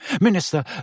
Minister